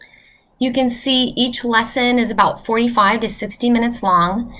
you can see each lesson is about forty five to sixty minutes long.